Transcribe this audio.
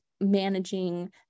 managing